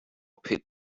pit